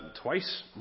twice